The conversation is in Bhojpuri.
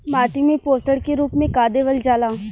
माटी में पोषण के रूप में का देवल जाला?